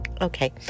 Okay